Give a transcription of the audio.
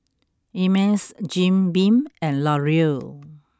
Ameltz Jim Beam and Laurier